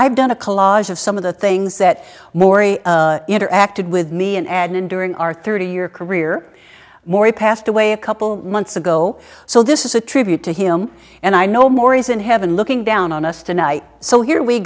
i've done a collage of some of the things that morrie interacted with me and add in during our thirty year career morrie passed away a couple months ago so this is a tribute to him and i know more is in heaven looking down on us tonight so here we